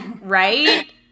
Right